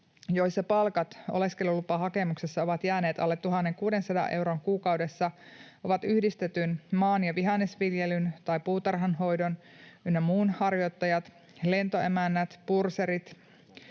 joissa palkat oleskelulupahakemuksessa ovat jääneet alle 1 600 euroon kuukaudessa, ovat yhdistetyn maan- ja vihannesviljelyn tai puutarhanhoidon ynnä muun harjoittajat, lentoemännät, purserit,